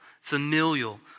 familial